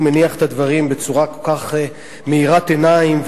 והוא מניח את הדברים בצורה כל כך מאירת עיניים,